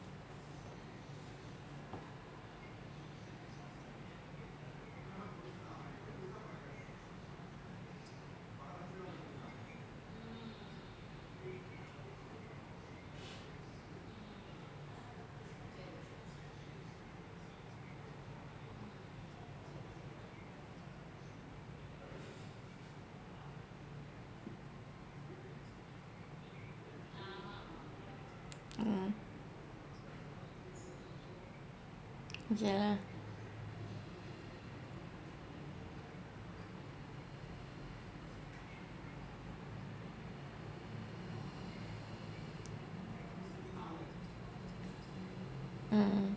mm ya lah mm